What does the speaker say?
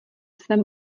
svém